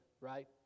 right